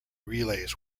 relays